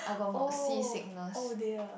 oh oh dear